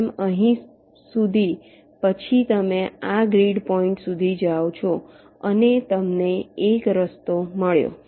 જેમ અહીં સુધી પછી તમે આ ગ્રીડ પોઈન્ટ સુધી જાઓ છો અને તમને એક રસ્તો મળ્યો